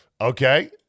Okay